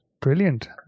Brilliant